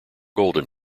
golden